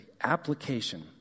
application